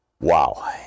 Wow